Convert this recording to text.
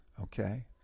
Okay